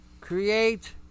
create